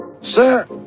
Sir